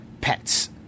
pets